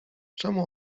czemu